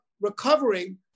recovering